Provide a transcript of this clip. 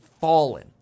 fallen